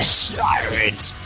sirens